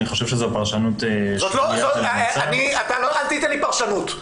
אני חושב שזו פרשנות --- אל תיתן לי פרשנות.